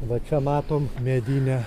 va čia matom medinę